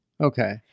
Okay